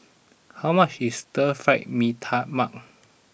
how much is Stir Fry Mee Tai Mak